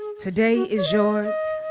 today is yours.